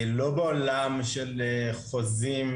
לא בעולם של חוזים,